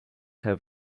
have